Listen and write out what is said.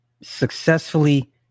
successfully